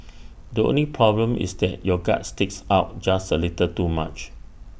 the only problem is that your gut sticks out just A little too much